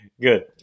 Good